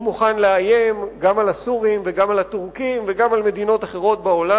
הוא מוכן לאיים גם על הסורים וגם על הטורקים וגם על מדינות אחרות בעולם.